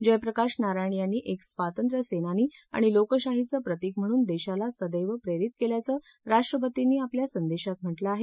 जयप्रकाश नारायण यांनी एक स्वातंत्र्यसेनानी आणि लोकशाहीचं प्रतिक म्हणून देशाला सदैव प्रेरित केल्याचं राष्ट्रपतींनी आपल्या संदेशात म्हटलं आहे